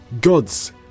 gods